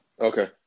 Okay